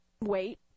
wait